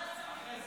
אינו נוכח,